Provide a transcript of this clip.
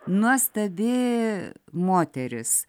nuostabi moteris